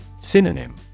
Synonym